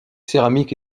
céramiques